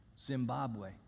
Zimbabwe